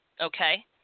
okay